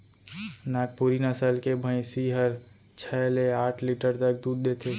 नागपुरी नसल के भईंसी हर छै ले आठ लीटर तक दूद देथे